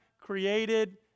created